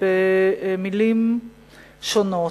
במלים שונות.